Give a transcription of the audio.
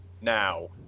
now